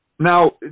Now